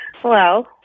Hello